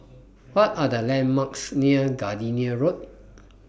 What Are The landmarks near Gardenia Road